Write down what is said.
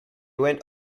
went